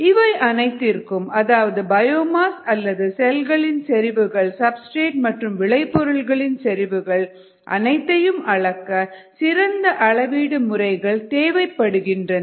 இவை அனைத்திற்கும் அதாவது பயோமாஸ் அல்லது செல்களின் செறிவுகள் சப்ஸ்டிரேட் மற்றும் விளை பொருள்களின் செறிவுகள் அனைத்தையும் அளக்க சிறந்த அளவீடு முறைகள் தேவைப்படுகின்றன